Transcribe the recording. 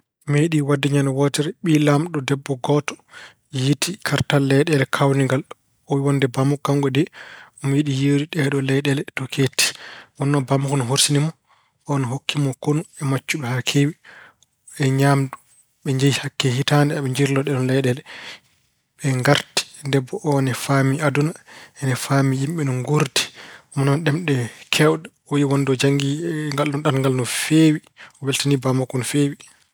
Meeɗii waɗde ñande wootere mi laamɗo debbo gooto yiytii kartal leyɗeele kaawningal. O wiy wonde baaba makko kanko de, omo yiɗi yiyoyde ɗeeɗoo leyɗeele to keetti. Wonnoo baaba makko ina horsini mo, oon hokki mo kono e maccuɓe haa keewi e ñaamdu. Ɓe njehi hakke hitaande aɓe njirloo ɗeeɗoo leyɗeele. Ɓe ngarti debbo oo ina faamii aduna, ina faamii yimɓe no nguurdi. Omo nana ɗemɗe keewɗe. O wiy wonde o janngii e ngal ɗoon ɗanngal no feewi. O weltanii baaba makko no feewi.